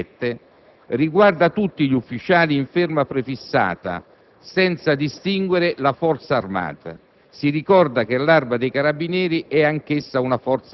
hanno arruolato ufficiali in ferma prefissata per mezzo di tale decreto. L'articolo 1, del comma 519 della legge n. 296 del 2006